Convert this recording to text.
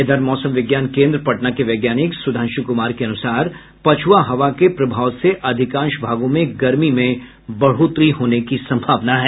इधर मौसम विज्ञान केन्द्र पटना के वैज्ञानिक सुधांशु कुमार के अनुसार पछ्आ हवा के प्रभाव से अधिकांश भागों में गर्मी में बढ़ोतरी हो सकती है